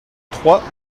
trois